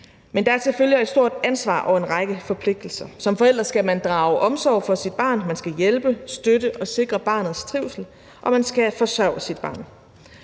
Men der er selvfølgelig også et stort ansvar og en række forpligtelser. Som forældre skal man drage omsorg for sit barn. Man skal hjælpe, støtte og sikre barnets trivsel, og man skal forsørge sit barn.